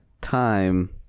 time